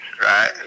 right